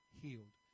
healed